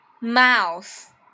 mouth